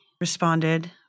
responded